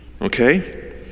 okay